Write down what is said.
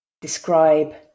Describe